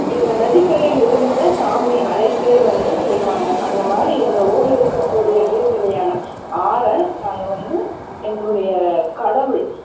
எங்கள் நதிகரைலிருந்து தான் சாமி அழைப்பு வந்து செய்வாங்க அந்த மாதிரி எங்கள் ஊரில் இருக்கக்கூடிய நீர் நிலையான ஆற்றை நாங்கள் வந்து எங்களுடைய கடவுள்